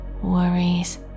worries